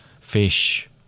fish